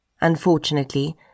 Unfortunately